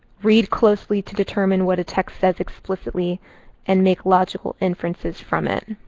read closely to determine what a text says explicitly and make logical inferences from it.